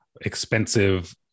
expensive